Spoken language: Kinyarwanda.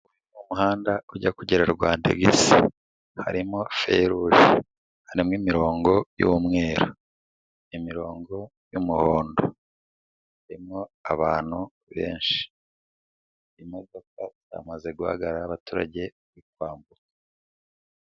Mu muhanda ujya kugera Rwandexi harimo feilouge harimo imirongo y'umweru imirongo y'umuhondo harimo abantu benshi imodoka zamaze guhagarara abaturage i kwambuka